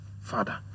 Father